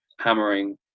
hammering